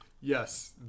yes